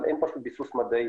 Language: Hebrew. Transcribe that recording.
אבל אין פשוט ביסוס מדעי